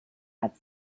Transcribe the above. hat